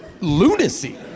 lunacy